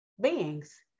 beings